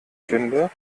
finde